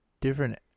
different